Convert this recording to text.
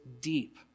deep